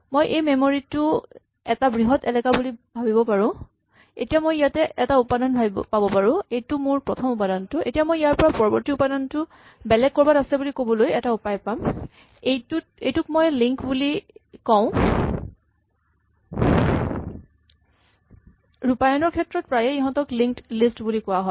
মই এই মেমৰী টো এটা বৃহৎ এলেকা বুলি ভাৱিব পাৰো এতিয়া মই ইয়াতে এটা উপাদান পাব পাৰো এইটো মোৰ প্ৰথম উপাদানটো এতিয়া মই ইয়াৰ পৰা পৰৱৰ্তী উপাদানটো বেলেগ ক'ৰবাত আছে বুলি ক'বলৈ এটা উপায় পাম এইটোক আমি লিংক বুলি কওঁ ৰূপায়ণৰ ক্ষেত্ৰত প্ৰায়ে ইহঁতক লিংক্ড লিষ্ট বুলি কোৱা হয়